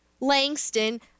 Langston